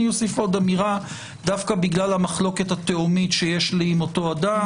אוסיף אמירה דווקא בגלל המחלוקת התהומית שיש לי עם אותו אדם.